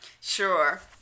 Sure